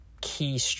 key